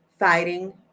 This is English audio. Fighting